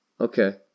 Okay